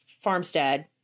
farmstead